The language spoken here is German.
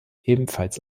ebenfalls